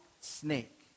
snake